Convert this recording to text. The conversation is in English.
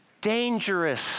dangerous